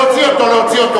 להוציא אותו.